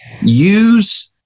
use